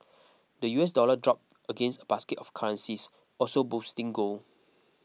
the U S dollar dropped against a basket of currencies also boosting gold